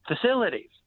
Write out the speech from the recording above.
facilities